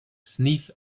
sniff